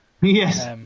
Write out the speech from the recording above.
Yes